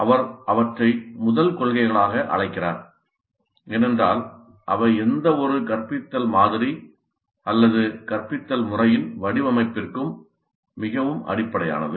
அவர் அவற்றை முதல் கொள்கைகளாக அழைக்கிறார் ஏனென்றால் அவை எந்தவொரு கற்பித்தல் மாதிரி அல்லது கற்பித்தல் முறையின் வடிவமைப்பிற்கும் மிகவும் அடிப்படையானது